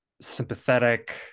sympathetic